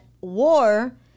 war